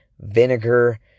Vinegar